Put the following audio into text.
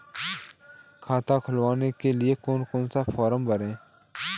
खाता खुलवाने के लिए कौन सा फॉर्म भरें?